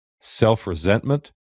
self-resentment